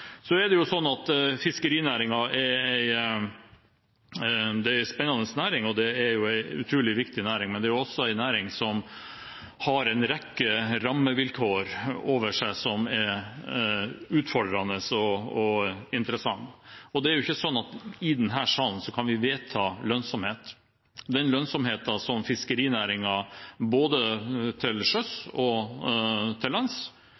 er en spennende og utrolig viktig næring, men det er også en næring som har en rekke rammevilkår som er utfordrende og interessante. Det er jo ikke sånn at vi i denne salen kan vedta lønnsomhet. Den lønnsomheten som fiskerinæringen har både til sjøs og til lands,